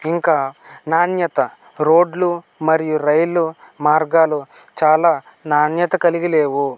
ఇంకా నాణ్యత రోడ్లు మరియు రైలు మార్గాలు చాలా నాణ్యత కలిగి లేవు